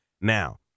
Now